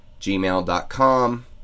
gmail.com